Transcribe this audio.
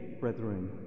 brethren